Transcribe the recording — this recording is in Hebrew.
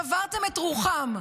שברתם את רוחם.